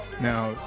Now